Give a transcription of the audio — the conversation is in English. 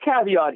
caveat